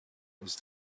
was